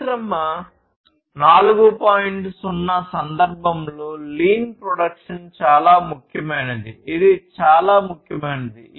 0 సందర్భంలో lean production చాలా ముఖ్యమైనది ఇది చాలా ముఖ్యమైనది